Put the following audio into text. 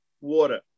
water